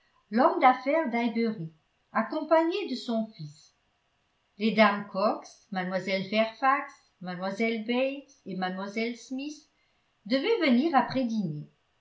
l'homme d'affaires d'highbury accompagné de son fils les dames cox mlle fairfax mlle bates et mlle smith devaient venir après dîner